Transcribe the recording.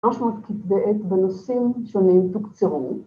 300 כתבי עת בנושאים שונים תוקצרו.